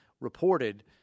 reported